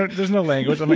there's no language. um